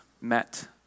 met